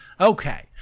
Okay